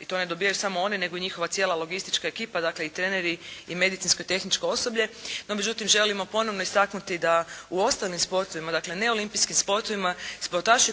i to ne dobivaju samo oni nego njihova cijela logistička ekipa, dakle treneri i medicinsko i tehničko osoblje. No međutim, želimo ponovno istaknuti da u ostalim sportovima, dakle neolimpijskim sportovima sportaši